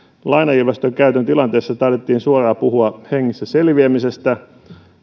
lainajyvästön käytön tilanteessa taidettiin suoraan puhua hengissä selviämisestä